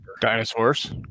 Dinosaurs